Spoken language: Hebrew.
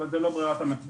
אבל זו לא ברירת המחדל.